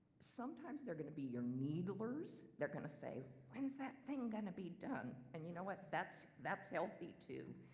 sometimes they're gonna be your needlers. they're gonna say, when's that thing gonna be done? and you know what? that's that's healthy too.